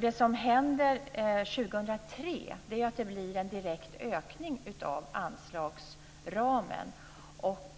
Det som händer 2003 är att det blir en direkt ökning av anslagsramen, och